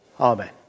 Amen